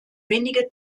wenige